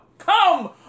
Come